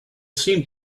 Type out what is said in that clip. seemed